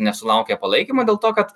nesulaukė palaikymo dėl to kad